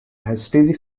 hastily